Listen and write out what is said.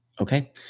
Okay